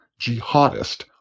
jihadist